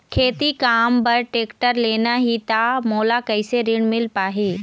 खेती काम बर टेक्टर लेना ही त मोला कैसे ऋण मिल पाही?